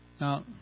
now